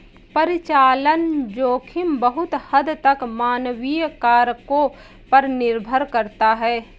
परिचालन जोखिम बहुत हद तक मानवीय कारकों पर निर्भर करता है